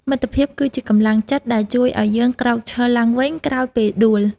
មិត្តភាពគឺជាកម្លាំងចិត្តដែលជួយឱ្យយើងក្រោកឈរឡើងវិញក្រោយពេលដួល។